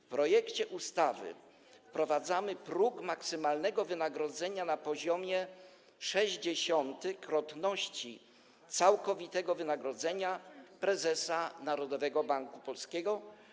W projekcie ustawy wprowadzamy próg maksymalnego wynagrodzenia na poziomie 0,6-krotności całkowitego wynagrodzenia prezesa Narodowego Banku Polskiego.